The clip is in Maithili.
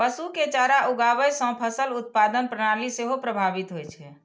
पशु के चारा उगाबै सं फसल उत्पादन प्रणाली सेहो प्रभावित होइ छै